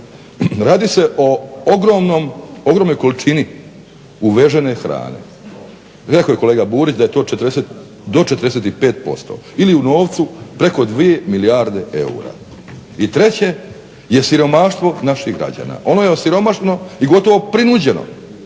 radi se o ogromnoj količini uvežene hrane. Rekao je kolega Burić da je to do 45% ili u novcu preko dvije milijarde eura. I treće, je siromaštvo naših građana, ono je osiromašeno i gotovo prinuđeno